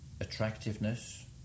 attractiveness